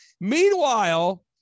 Meanwhile